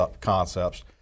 concepts